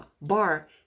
bar